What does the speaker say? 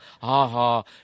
ha-ha